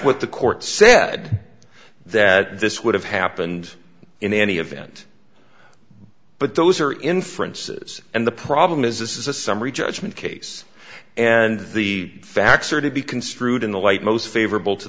what the court said that this would have happened in any event but those are inferences and the problem is this is a summary judgment case and the facts are to be construed in the light most favorable to